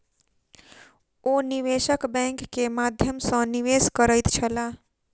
ओ निवेशक बैंक के माध्यम सॅ निवेश करैत छलाह